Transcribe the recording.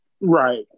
Right